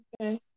Okay